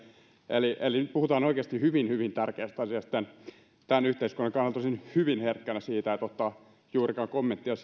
eli eli nyt puhutaan oikeasti hyvin hyvin tärkeästä asiasta tämän tämän yhteiskunnan kannalta olisin hyvin herkkänä siinä ettei anneta juurikaan kommenttia